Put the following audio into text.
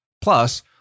Plus